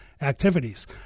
activities